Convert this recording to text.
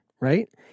right